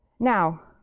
now,